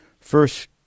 first